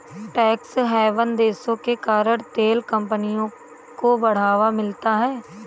tax haven देशों के कारण तेल कंपनियों को बढ़ावा मिलता है